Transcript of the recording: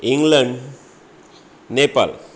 England Nepal